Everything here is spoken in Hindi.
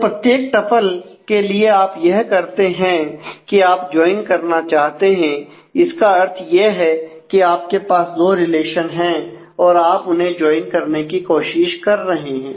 तो प्रत्येक टपल करना चाहते हैं इसका अर्थ यह है कि आपके पास दो रिलेशन हैं और आप उन्हें ज्वाइन करने की कोशिश कर रहे हैं